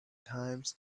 times